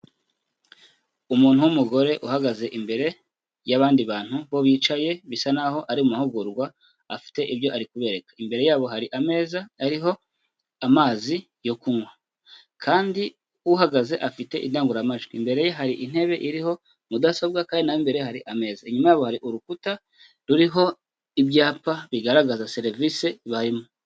Umuntu w'umugore uhagaze imbere y'abandi bantu, bo bicaye, bisa naho ari mu mahugurwa afite ibyo ari kubereka, imbere yabo hari ameza ariho amazi yo kunywa, kandi uhagaze afite indangururamajwi, imbere ye hari intebe iriho mudasobwa, kandi imbere hari ameza, inyuma yabo hari urukuta, ruriho ibyapa bigaragaza serivisi barimo.